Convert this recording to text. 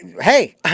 hey